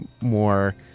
more